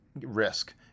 risk